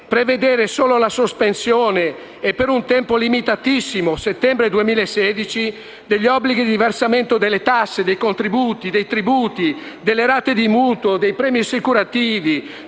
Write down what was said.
prevedere solo la sospensione, e per un tempo limitatissimo (settembre 2016), degli obblighi di versamento delle tasse, dei contributi, dei tributi, delle rate di mutuo, dei premi assicurativi,